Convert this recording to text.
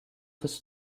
his